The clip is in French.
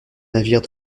navires